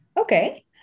okay